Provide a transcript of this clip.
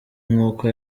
nk’uko